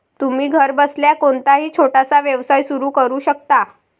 तुम्ही घरबसल्या कोणताही छोटासा व्यवसाय सुरू करू शकता